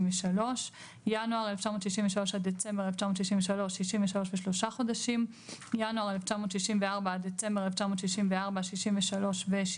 ינואר 1963 עד דצמבר 1963 63 ו-3 חודשים ינואר 1964 עד דצמבר 1964 63 ו-6